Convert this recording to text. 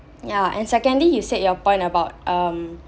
ya and secondly you said your point about um